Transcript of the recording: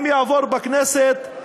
אם יעבור בכנסת,